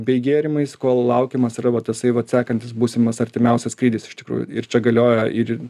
bei gėrimais kol laukiamas yra va tasai vat sekantis būsimas artimiausias skrydis iš tikrųjų ir čia galioja ir